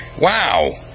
Wow